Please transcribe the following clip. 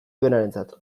duenarentzat